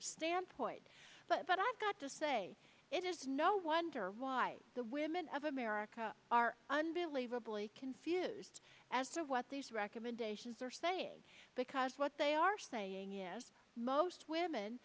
standpoint but i've got to say it is no wonder why the women of america are unbelievably confused as to what these recommendations are saying because what they are saying is most women